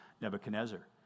Nebuchadnezzar